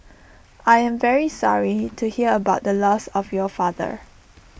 I am very sorry to hear about the loss of your father